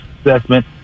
assessment